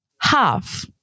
half